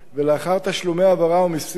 ולאחר תשלומי העברה ומסים,